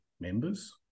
members